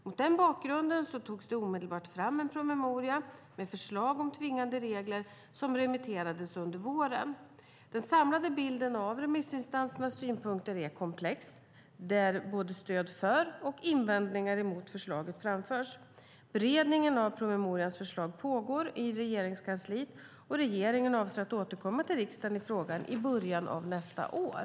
Mot den bakgrunden togs det omedelbart fram en promemoria med förslag om tvingande regler, som remitterades under våren. Den samlade bilden av remissinstansernas synpunkter är komplex, och både stöd för och invändningar mot förslaget framförs. Beredningen av promemorians förslag pågår i Regeringskansliet. Regeringen avser att återkomma till riksdagen i frågan i början av nästa år.